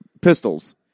pistols